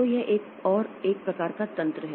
तो यह एक और 1 प्रकार का तंत्र है